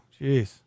Jeez